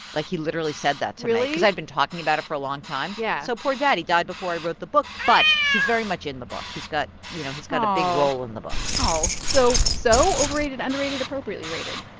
like, he literally said that to me. really. cause i'd been talking about it for a long time yeah so poor daddy died before i wrote the book, but he's very much in the book. he's got you know, he's got a big role in the book oh. so so overrated, underrated, appropriately rated?